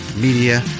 Media